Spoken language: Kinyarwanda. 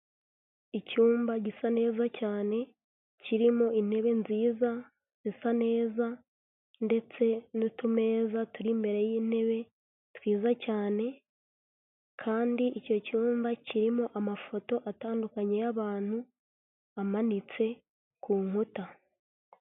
Icyumba gisa neza cyane, kirimo intebe nziza zisa neza ndetse n'utumeza turi imbere y'intebe twiza cyane kandi icyo cyumba kirimo amafoto atandukanye y'abantu amanitse ku nkuta.